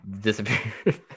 disappeared